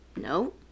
no